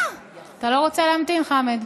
אתה לא רוצה להמתין, חמד?